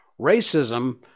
racism